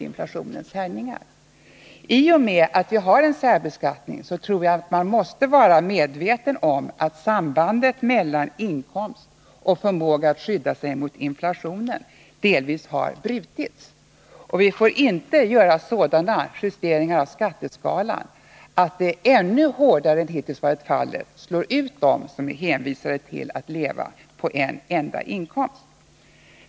I och med att vi har en särbeskattning tror jag att man måste vara medveten om att sambandet mellan inkomst och förmåga att skydda sig mot inflationen delvis har brutits. Vi får inte göra sådana justeringar av skatteskalan att detta ännu hårdare än som hittills varit fallet slår ut dem som är hänvisade till att leva på en enda inkomst.